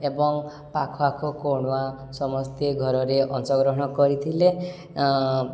ଏବଂ ପାଖଆଖ କୁଣିଆ ସମସ୍ତେ ଘରରେ ଅଂଶଗ୍ରହଣ କରିଥିଲେ